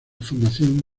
formación